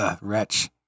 wretch